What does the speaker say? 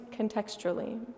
contextually